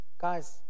guys